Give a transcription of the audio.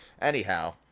Anyhow